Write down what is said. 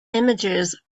images